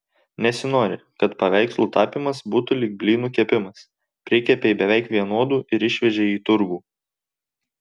nesinori kad paveikslų tapymas būtų lyg blynų kepimas prikepei beveik vienodų ir išvežei į turgų